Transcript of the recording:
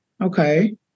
Okay